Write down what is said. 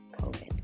COVID